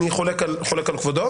אני חולק על כבודו.